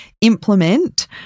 implement